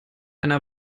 einer